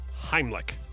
Heimlich